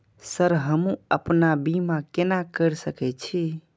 Sir हमू अपना बीमा केना कर सके छी?